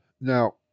Now